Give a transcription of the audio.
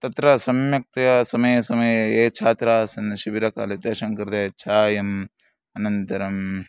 तत्र सम्यक्तया समये समये ये छात्राः आसन् शिबिरकाले तेषां कृते चायम् अनन्तरम्